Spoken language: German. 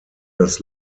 das